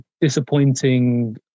disappointing